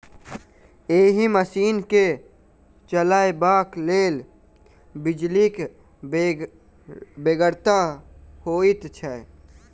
एहि मशीन के चलयबाक लेल बिजलीक बेगरता होइत छै